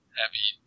happy